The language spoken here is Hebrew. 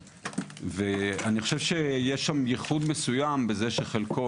אני חושב שיש שם ייחוד מסוים בכך שחלקו